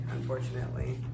unfortunately